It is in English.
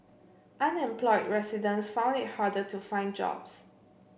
unemployed residents found it harder to find jobs